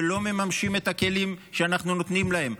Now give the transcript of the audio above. ולא מממשים את הכלים שאנחנו נותנים להם.